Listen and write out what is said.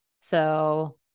so-